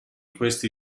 questa